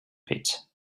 pits